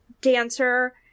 dancer